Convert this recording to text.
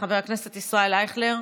חבר הכנסת ישראל אייכלר,